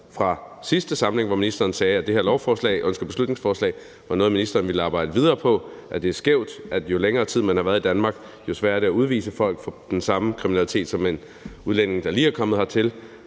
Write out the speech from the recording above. fra sidste samling, hvor ministeren sagde, at det her beslutningsforslag var noget, ministeren ville arbejde videre på; at det er skævt, at jo længere tid, udlændinge har været i Danmark, jo sværere er det at udvise dem for kriminalitet, end det er at udvise udlændinge, der lige er kommet hertil